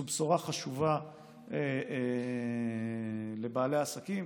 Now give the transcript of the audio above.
זו בשורה חשובה לבעלי העסקים.